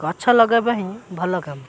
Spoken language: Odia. ଗଛ ଲଗାଇବା ହିଁ ଭଲ କାମ